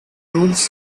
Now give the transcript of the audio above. rules